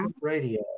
Radio